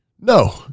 No